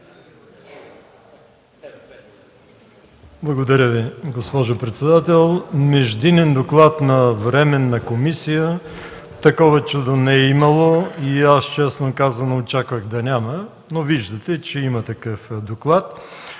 Благодаря Ви, госпожо председател. Междинен доклад на Временна комисия – такова чудо не е имало и аз честно казано очаквах да няма, но виждате, че има такъв доклад.